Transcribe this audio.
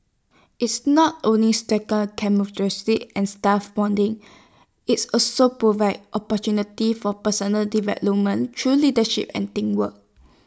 it's not only camaraderie and staff bonding IT also provides opportunities for personal development through leadership and teamwork